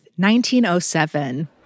1907